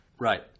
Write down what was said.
Right